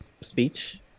speech